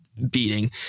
beating